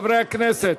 חברי הכנסת,